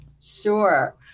Sure